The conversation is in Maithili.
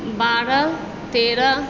बारह तेरह